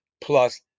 plus